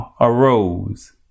arose